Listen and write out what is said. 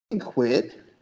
quit